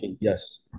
yes